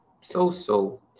So-so